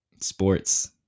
Sports